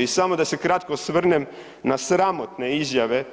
I samo da se kratko osvrnem na sramotne izjave